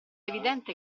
evidente